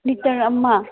litre ꯑꯃ